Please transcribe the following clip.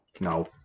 No